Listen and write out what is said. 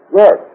yes